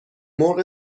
مرغ